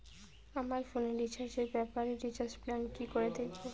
আমার ফোনে রিচার্জ এর ব্যাপারে রিচার্জ প্ল্যান কি করে দেখবো?